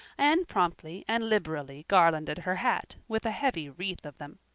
anne promptly and liberally garlanded her hat with a heavy wreath of them.